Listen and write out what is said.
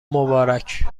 مبارک